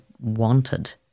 wanted